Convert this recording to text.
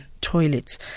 toilets